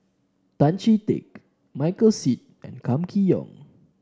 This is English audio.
Tan Chee Teck Michael Seet and Kam Kee Yong